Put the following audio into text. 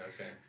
Okay